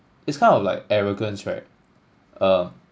this kind of like arrogance right uh